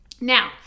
Now